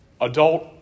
Adult